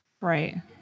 Right